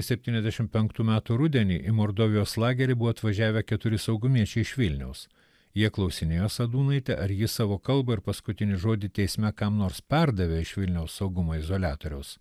septyniasdešim penktų rudenį į mordovijos lagerį buvo atvažiavę keturi saugumiečiai iš vilniaus jie klausinėjo sadūnaitę ar jis savo kalbą ir paskutinį žodį teisme kam nors perdavė iš vilniaus saugumo izoliatoriaus